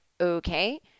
okay